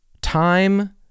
time